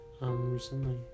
recently